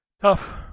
tough